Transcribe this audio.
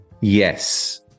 Yes